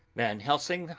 van helsing,